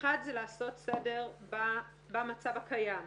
זה לעשות סדר במצב הקיים,